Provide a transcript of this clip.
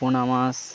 পোনা মাছ